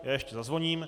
Ještě zazvoním.